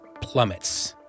plummets